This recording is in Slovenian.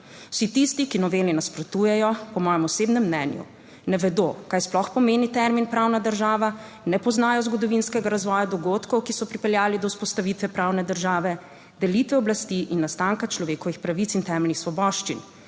Vsi tisti, ki noveli nasprotujejo, po mojem osebnem mnenju ne vedo, kaj sploh pomeni termin pravna država, ne poznajo zgodovinskega razvoja dogodkov, ki so pripeljali do vzpostavitve pravne države, delitve oblasti in nastanka človekovih pravic in temeljnih svoboščin,